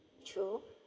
true